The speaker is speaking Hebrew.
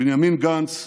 בנימין גנץ,